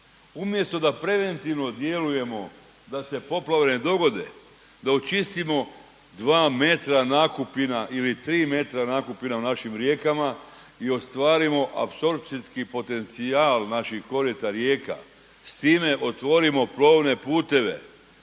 Umjesto da preventivno djelujemo da se poplave ne dogode, da očistimo 2 metra nakupina ili 3 metra nakupina u našim rijekama i ostvarimo apsorpcijski potencijal naših korita rijeka. S time otvorimo plovne puteve,